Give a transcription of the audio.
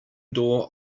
door